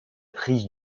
prise